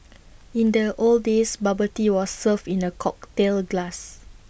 in the old days bubble tea was served in A cocktail glass